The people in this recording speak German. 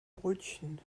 brötchen